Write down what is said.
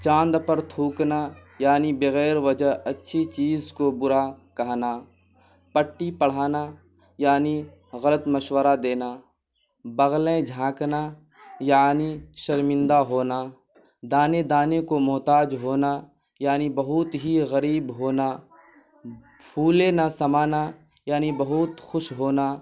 چاند پر تھوکنا یعنی بغیر وجہ اچھی چیز کو برا کہنا پٹی پڑھانا یعنی غلط مشورہ دینا بغلیں جھانکنا یعنی شرمندہ ہونا دانے دانے کو محتاج ہونا یعنی بہت ہی غریب ہونا پھولے نہ سمانا یعنی بہت خوش ہونا